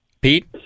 Pete